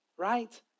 right